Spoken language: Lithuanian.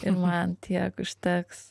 ir man tiek užteks